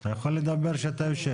אתה יכול לדבר כשאתה יושב.